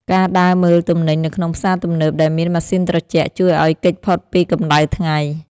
ការដើរមើលទំនិញនៅក្នុងផ្សារទំនើបដែលមានម៉ាស៊ីនត្រជាក់ ជួយឱ្យគេចផុតពីកម្តៅថ្ងៃ។